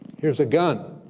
here's a gun.